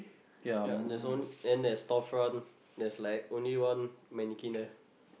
ya there's only there's store front there's like only one mannequin there